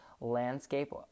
landscape